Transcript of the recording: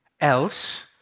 else